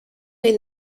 est